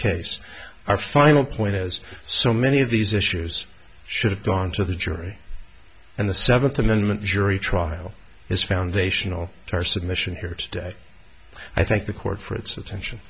case our final point is so many of these issues should have gone to the jury and the seventh amendment jury trial is foundational tarsa mission here today i think the court for its attention